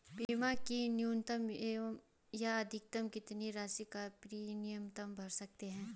बीमा की न्यूनतम या अधिकतम कितनी राशि या प्रीमियम भर सकते हैं?